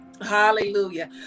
Hallelujah